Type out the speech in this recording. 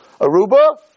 Aruba